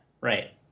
right